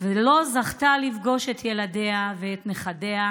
לא זכתה לפגוש את ילדיה ואת נכדיה,